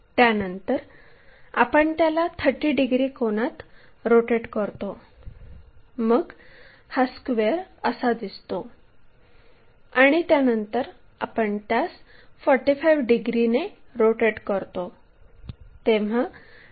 त्यानंतर आपण त्याला 30 डिग्री कोनात रोटेट करतो मग हा स्क्वेअर असा दिसतो आणि त्यानंतर आपण त्यास 45 डिग्रीने रोटेट करतो तेव्हा ते असे दिसते